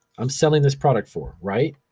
i'm selling this product for, right?